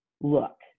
look